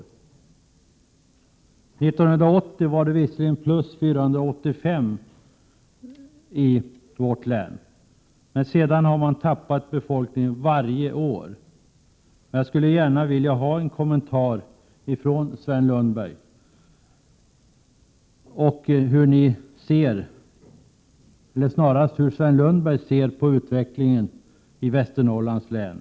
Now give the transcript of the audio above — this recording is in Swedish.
1980 visade statistiken visserligen på plus 485 personer i vårt län. Men sedan har befolkningen minskat varje år. Jag skulle vilja att Sven Lundberg kommenterade detta. Hur ser alltså Sven Lundberg på utvecklingen i Västernorrlands län?